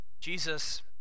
Jesus